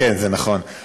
כן, היא עברה בטרומית.